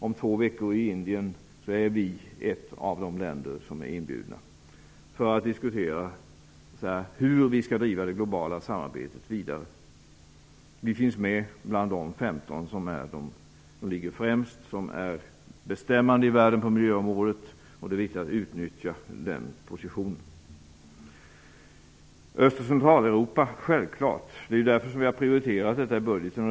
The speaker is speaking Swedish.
Sverige är ett av de länder som är inbjudna om två veckor i Indien för att diskutera hur vi skall driva det globala samarbetet vidare. Vi finns med bland de 15 som ligger främst, som är bestämmande i världen på miljöområdet, och det är viktigt att utnyttja den positionen. Öst och Centraleuropa är självfallet viktigt att ta upp. Det är därför vi har prioriterat detta i budgeten.